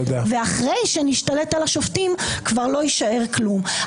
אחרי שנשתלט על השופטים כבר לא יישאר כלום.